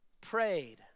prayed